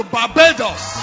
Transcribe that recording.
Barbados